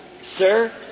sir